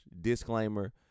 disclaimer